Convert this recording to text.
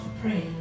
pray